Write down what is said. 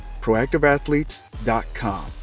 proactiveathletes.com